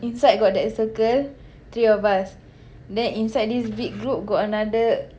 inside got that circle three of us then inside this big group got another